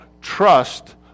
trust